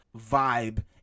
vibe